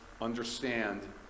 understand